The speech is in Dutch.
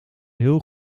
heel